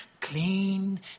clean